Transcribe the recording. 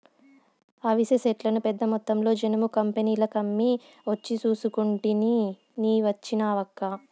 అవిసె సెట్లను పెద్దమొత్తంలో జనుము కంపెనీలకమ్మి ఒచ్చి కూసుంటిని నీ వచ్చినావక్కా